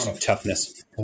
toughness